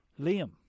Liam